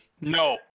No